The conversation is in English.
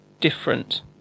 different